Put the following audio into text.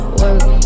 work